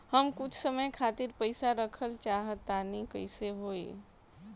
हम कुछ समय खातिर पईसा रखल चाह तानि कइसे होई?